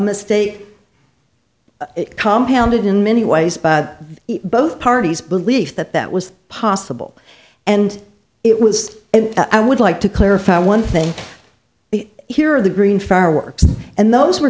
mistake compound it in many ways but both parties belief that that was possible and it was and i would like to clarify one thing here the green fireworks and those were